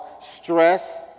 stress